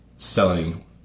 Selling